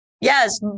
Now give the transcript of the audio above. Yes